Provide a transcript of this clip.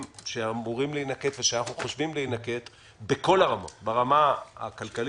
שאמורים להינקט ושאנחנו חושבים שיש לנקוט בכל הרמות: ברמה הכלכלית,